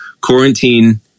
quarantine